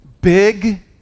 big